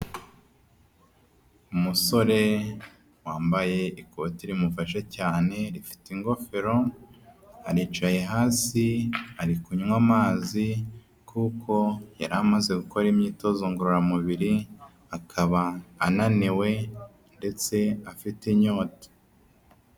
Umusore wambaye ikoti rimufashe cyane, rifite ingofero, aricaye hasi ari kunywa amazi kuko yari amaze gukora imyitozo ngororamubiri, akaba ananiwe ndetse afite inyota.